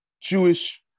Jewish